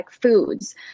foods